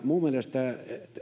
minun mielestäni